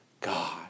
God